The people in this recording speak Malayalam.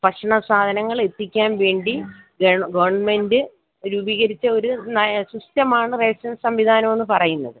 ഭക്ഷണസാധനങ്ങൾ എത്തിക്കാൻ വേണ്ടി ഗവൺമെൻ്റ് രൂപീകരിച്ച ഒരു സിസ്റ്റമാണ് റേഷൻ സംവിധാനം എന്ന് പറയുന്നത്